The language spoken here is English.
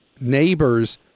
neighbors